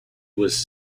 was